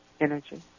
energy